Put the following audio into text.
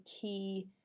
key